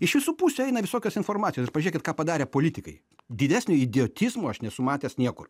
iš visų pusių eina visokios informacijos pažiūrėkit ką padarė politikai didesnio idiotizmo aš nesu matęs niekur